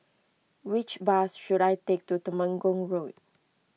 which bus should I take to Temenggong Road